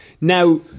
now